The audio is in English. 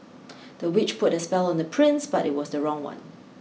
the witch put a spell on the prince but it was the wrong one